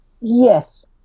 Yes